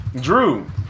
Drew